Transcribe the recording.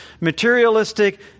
materialistic